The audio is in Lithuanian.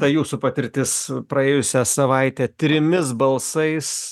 ta jūsų patirtis praėjusią savaitę trimis balsais